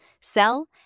sell